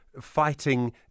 fighting